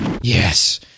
Yes